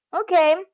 Okay